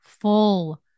full